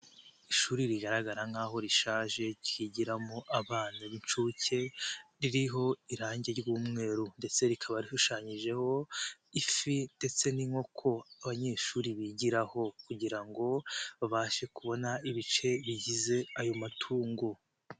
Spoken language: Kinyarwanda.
Ishuri rigaragara nk'aho rishaje ryigiramo abana b'incuke, ririho irangi ry'umweru ndetse rikaba rishushanyijeho ifi ndetse n'inkoko, abanyeshuri bigiraho kugira ngo babashe kubona ibice bigize ayo matungo.